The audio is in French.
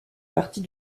partie